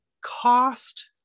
cost